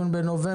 בדיי